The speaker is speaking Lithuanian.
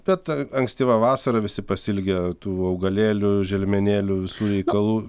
bet ankstyva vasara visi pasiilgę tų augalėlių želmenėlių visų reikalų